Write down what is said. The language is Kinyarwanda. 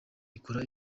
ikora